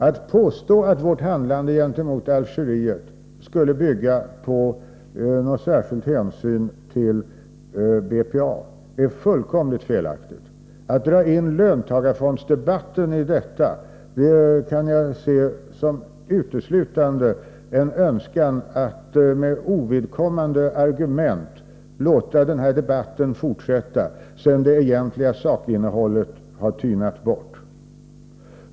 Att påstå att vårt handlande gentemot Algeriet skulle bygga på någon särskild hänsyn till BPA är fullständigt felaktigt — och att dra in löntagarfondsdebatten i detta ser jag uteslutande som en önskan att med ovidkom mande argument låta den här debatten fortsätta sedan det egentliga sakinnehållet har tynat bort.